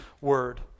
word